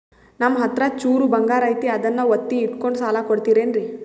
ನಮ್ಮಹತ್ರ ಚೂರು ಬಂಗಾರ ಐತಿ ಅದನ್ನ ಒತ್ತಿ ಇಟ್ಕೊಂಡು ಸಾಲ ಕೊಡ್ತಿರೇನ್ರಿ?